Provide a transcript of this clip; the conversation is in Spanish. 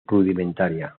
rudimentaria